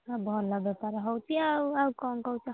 ହଁ ଭଲ ବେପାର ହେଉଛି ଆଉ ଆଉ କ'ଣ କହୁଛ